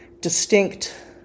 distinct